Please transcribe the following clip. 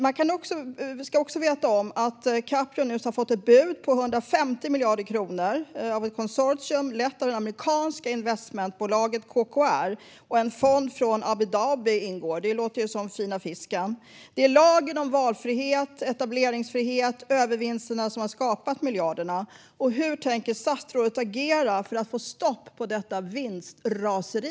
Man ska också veta att Capio nyss har fått ett bud på 150 miljarder kronor av ett konsortium lett av det amerikanska investmentbolaget KKR. En fond från Abu Dhabi ingår. Det låter ju som fina fisken. Det är lagen om valfrihet, etableringsfrihet och övervinster som har skapat miljarderna. Hur tänker statsrådet agera för att få stopp på detta vinstraseri?